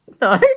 No